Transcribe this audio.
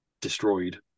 destroyed